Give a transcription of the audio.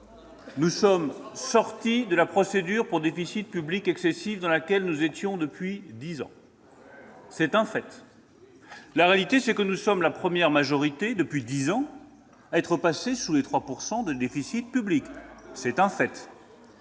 maintenant sortis de la procédure pour déficit public excessif, dans laquelle nous étions depuis dix ans. C'est un fait ! La réalité, c'est que nous sommes la première majorité, depuis dix ans, à passer sous les 3 % de déficit public. C'est un fait